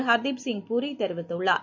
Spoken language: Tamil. ஹர் தீப் சிங் பூரி தெரிவித்துள்ளார்